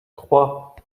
trois